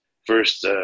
First